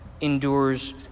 endures